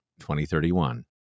2031